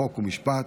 חוק ומשפט,